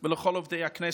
ולכל עובדי הכנסת,